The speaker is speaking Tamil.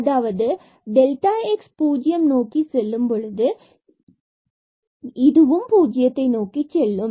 அதாவது டெல்டாx பூஜ்ஜியம் நோக்கி செல்லும் பொழுது இதுவும் பூஜ்ஜியத்தை நோக்கிச் செல்லும்